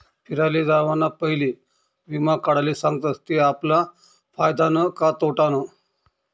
फिराले जावाना पयले वीमा काढाले सांगतस ते आपला फायदानं का तोटानं